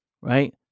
Right